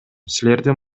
силердин